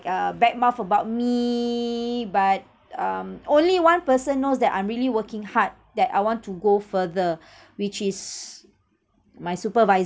uh bad mouthed about me but um only one person knows that I'm really working hard that I want to go further which is my supervisor